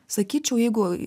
sakyčiau jeigu